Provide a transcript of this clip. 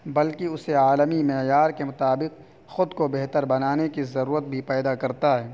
بلکہ اسے عالمی معیار کے مطابق خود کو بہتر بنانے کی ضرورت بھی پیدا کرتا ہے